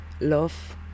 love